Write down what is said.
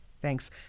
Thanks